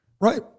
Right